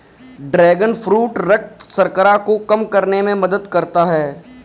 dragon fruit रक्त शर्करा को कम करने में मदद करता है